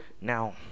Now